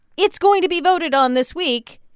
it's going to be voted on this week,